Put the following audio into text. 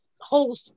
whole